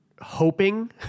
hoping